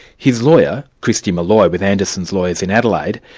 his lawyer, kristie molloy, with anderson's lawyers in adelaide,